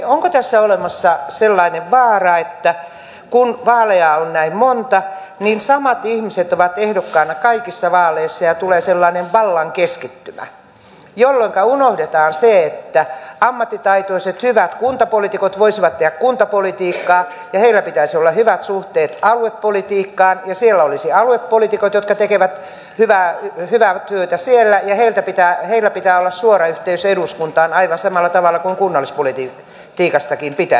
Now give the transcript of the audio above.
onko tässä olemassa sellainen vaara että kun vaaleja on näin monta niin samat ihmiset ovat ehdokkaina kaikissa vaaleissa ja tulee sellainen vallan keskittymä jolloinka unohdetaan se että ammattitaitoiset hyvät kuntapoliitikot voisivat tehdä kuntapolitiikkaa ja heillä pitäisi olla hyvät suhteet aluepolitiikkaan ja siellä olisi aluepoliitikot jotka tekevät hyvää työtä siellä ja heillä pitää olla suora yhteys eduskuntaan aivan samalla tavalla kuin kunnallispolitiikastakin pitäisi olla